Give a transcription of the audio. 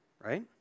right